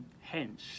hence